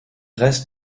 reste